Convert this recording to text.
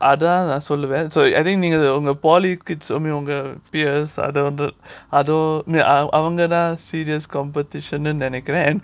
அதான் நான் சொல்லுவேன்:athaan naan solluvaen polytechnic kids அது வந்து அவங்கதான்:athu vanthu avangathaan serious competition னு நெனைக்கிறேன்:nu nenaikkiraen